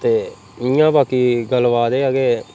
ते इयां बाकी गल्लबात एह् ऐ कि